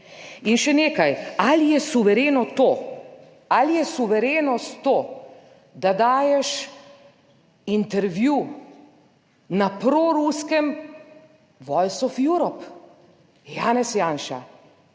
In še nekaj, ali je suvereno to, ali je suverenost to, da daješ intervju na proruskem Voice of Europe. Janez Janša,